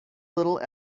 little